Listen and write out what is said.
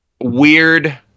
Weird